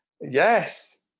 yes